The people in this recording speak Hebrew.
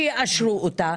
שיאשרו אותה,